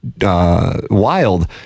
Wild